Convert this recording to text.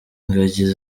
ingagi